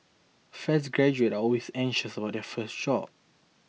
fresh graduates are always anxious about their first job